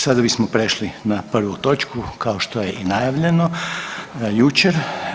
Sada bismo prešli na prvu točku, kao što je i najavljeno jučer.